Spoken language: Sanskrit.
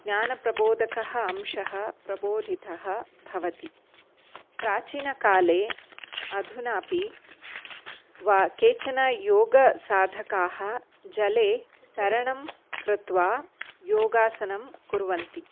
ज्ञानप्रबोधकः अंशः प्रबोधितः भवति प्राचीनकाले अधुनापि वा केचन योगसाधकाः जले तरणं कृत्वा योगासनं कुर्वन्ति